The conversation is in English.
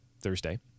Thursday